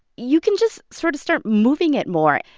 you can just sort of start moving it more.